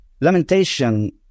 Lamentation